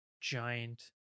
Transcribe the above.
giant